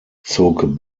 zog